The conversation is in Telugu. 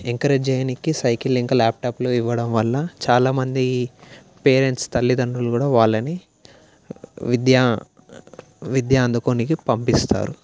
ఎంకరేజ్ చేయనీకి సైకిల్ ఇంకా ల్యాప్టాప్లు ఇవ్వడం వల్ల చాలా మంది పేరెంట్స్ తల్లిదండ్రులు కూడా వాళ్ళని విద్యా విద్య అందుకోనీకి పంపిస్తారు